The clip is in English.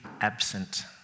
absent